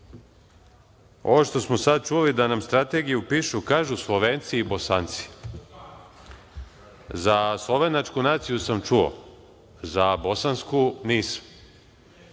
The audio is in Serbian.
ovo što smo sada čuli da nam strategiju pišu Slovenci i Bosanci. Za slovenačku naciju sam čuo, za bosansku nisam,